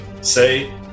say